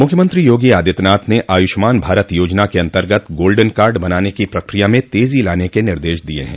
मुख्यमंत्री योगी आदित्यनाथ ने आयुष्मान भारत योजना के अन्तर्गत गोल्डन कार्ड बनाने की प्रक्रिया में तेजी लाने के निर्देश दिए हैं